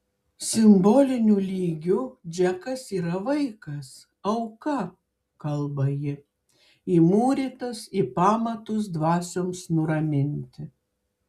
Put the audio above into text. simboliniu lygiu džekas yra vaikas auka kalba ji įmūrytas į pamatus dvasioms nuraminti